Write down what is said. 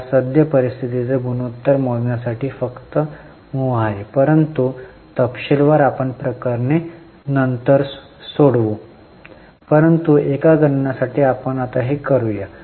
मला सद्य स्थितीचे गुणोत्तर मोजण्यासाठी फक्त मोह आहे परंतु तपशीलवार आपण प्रकरणे नंतर सोडवू परंतु एका गणनासाठी आपण हे आता करूया